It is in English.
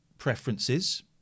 preferences